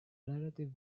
relative